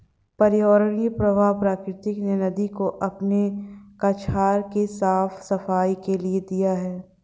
पर्यावरणीय प्रवाह प्रकृति ने नदी को अपने कछार के साफ़ सफाई के लिए दिया है